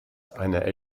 einer